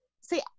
see